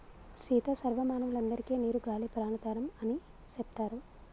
సీత సర్వ మానవులందరికే నీరు గాలి ప్రాణాధారం అని సెప్తారు